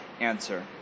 answer